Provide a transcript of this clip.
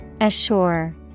Assure